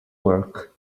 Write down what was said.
work